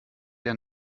der